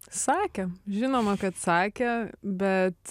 sakė žinoma kad sakė bet